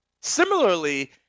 Similarly –